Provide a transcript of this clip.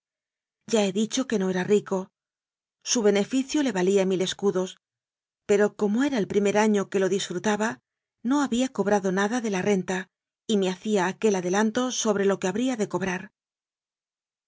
ya he dicho que no era rico su beneficio le valía mil escudos pero como era el primer año que lo disfrutaba no había cobrado nada de la renta y me hacía aquel adelanto sobre lo que ha bría de cobrar